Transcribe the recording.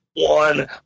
One